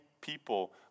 people